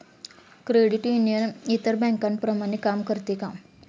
Credit union इतर बँकांप्रमाणे काम करते का?